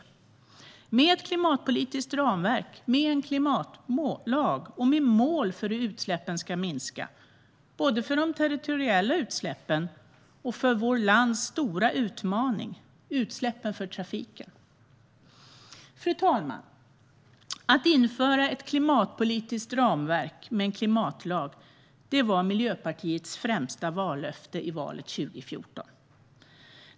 Det ska ske med ett klimatpolitiskt ramverk, med en klimatlag och med mål för hur utsläppen ska minska både för de totala territoriella utsläppen och för vårt lands stora utmaning: utsläppen från trafiken. Fru talman! Att införa ett klimatpolitiskt ramverk med en klimatlag var Miljöpartiets främsta vallöfte i valet 2014.